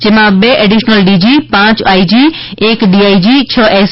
જેમાં બે additional DG પાંચ આઈ જી એક ડીઆઈજી છ એસ